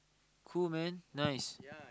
cool man nice